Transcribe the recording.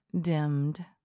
dimmed